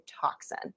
toxin